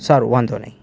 સારું વાંધો નહીં